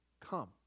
come